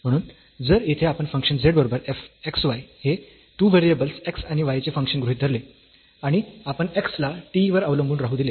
म्हणून जर येथे आपण फंक्शन z बरोबर f xy हे 2 व्हेरिएबल्स x आणि y चे फंक्शन गृहीत धरले आणि आपण x ला t वर अवलंबून राहू दिले